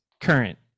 Current